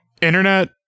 Internet